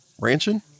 ranching